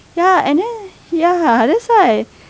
ya and then ya that's why